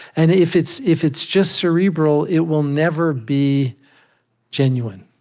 and if it's if it's just cerebral, it will never be genuine.